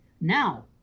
Now